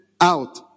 out